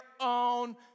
own